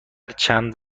چند